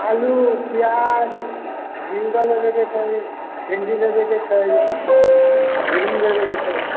आलू प्याज भिंडी लेबेके छै भिंडी लेबेके छै भिंडी लेबेके छै